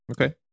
Okay